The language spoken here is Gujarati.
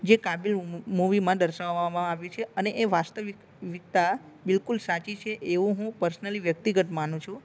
જે કાબીલ મુવીમાં દર્શાવવામાં આવ્યું છે અને એ વાસ્ત વિ વિકતા બિલકુલ સાચી છે એવું હું પર્સનલી વ્યક્તિગત માનું છું